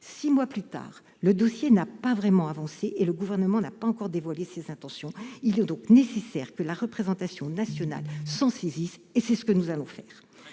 Six mois plus tard, le dossier n'a pas vraiment avancé et le Gouvernement n'a pas dévoilé ses intentions. Il est donc nécessaire que la représentation nationale s'en saisisse, et c'est ce que nous allons faire.